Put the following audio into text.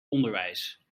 onderwijs